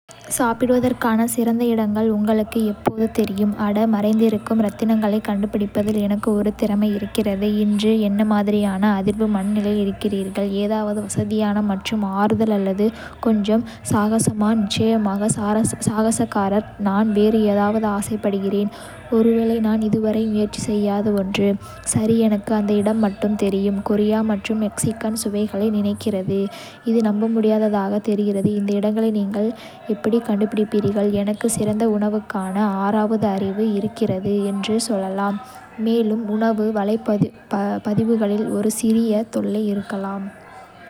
சாப்பிடுவதற்கான சிறந்த இடங்கள் உங்களுக்கு எப்போதும் தெரியும். அட, மறைந்திருக்கும் ரத்தினங்களைக் கண்டுபிடிப்பதில் எனக்கு ஒரு திறமை இருக்கிறது.இன்று என்ன மாதிரியான அதிர்வு மனநிலையில் இருக்கிறீர்கள். ஏதாவது வசதியான மற்றும் ஆறுதல் அல்லது கொஞ்சம் சாகசமா. நிச்சயமாக சாகசக்காரர்! நான் வேறு ஏதாவது ஆசைப்படுகிறேன், ஒருவேளை நான் இதுவரை முயற்சி செய்யாத ஒன்று. சரி, எனக்கு அந்த இடம் மட்டும் தெரியும். கொரிய மற்றும் மெக்சிகன் சுவைகளை நினைக்கிறது. இது நம்பமுடியாததாகத் தெரிகிறது! இந்த இடங்களை நீங்கள் எப்படிக் கண்டுபிடிப்பீர்கள். எனக்கு சிறந்த உணவுக்கான ஆறாவது அறிவு இருக்கிறது என்று சொல்லலாம். மேலும் உணவு வலைப்பதிவுகளில் ஒரு சிறிய தொல்லை இருக்கலாம்.